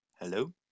Hello